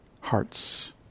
hearts